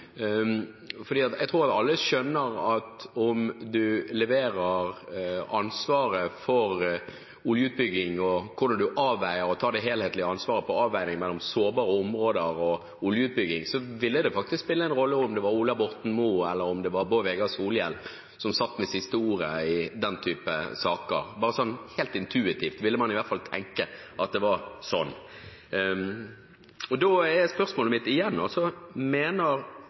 Jeg tror alle skjønner at når en gir noen ansvaret for oljeutbygging – og hvordan en tar det helhetlige ansvaret for en avveining mellom sårbare områder og oljeutbygging – ville det faktisk spille en rolle om det var Ola Borten Moe eller Bård Vegar Solhjell som satt med det siste ordet i den type saker. Helt intuitivt ville man i hvert fall tenke at det var slik. Da er spørsmålet mitt igjen: